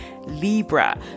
Libra